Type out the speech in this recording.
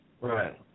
right